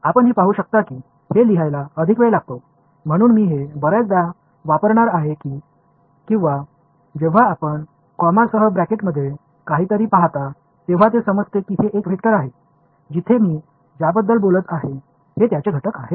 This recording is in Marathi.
आपण हे पाहू शकता की हे लिहायला अधिक वेळ लागतो म्हणून मी हे बर्याचदा वापरणार आहे किंवा जेव्हा आपण कॉमासह ब्रॅकेटमध्ये काहीतरी पाहता तेव्हा ते समजते की ते एक वेक्टर आहे जिथे मी ज्याबद्दल बोलत आहे हे त्याचे घटक आहेत